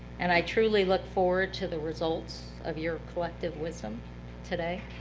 and i truly look forward to the results of your collective wisdom today.